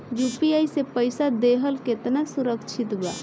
UPI से पईसा देहल केतना सुरक्षित बा?